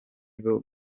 byo